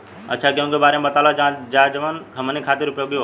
अच्छा गेहूँ के बारे में बतावल जाजवन हमनी ख़ातिर उपयोगी होखे?